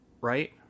Right